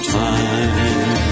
time